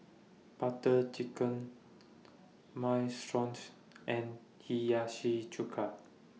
Butter Chicken Minestrones and Hiyashi Chuka